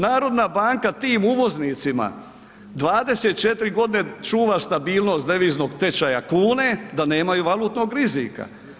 Narodna banka tim uvoznicima 24 godine čuva stabilnost deviznog tečaja kune, da nemaju valutnog rizika.